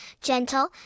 gentle